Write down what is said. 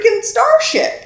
starship